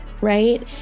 right